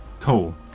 Cool